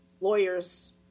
lawyers